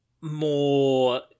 more